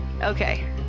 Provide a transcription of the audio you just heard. Okay